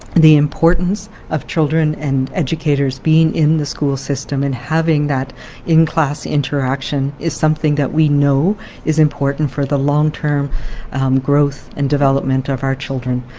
the importance of children and educators being in the school system and having that in-class interaction is something that we know is important for the long-term growth and development of our children.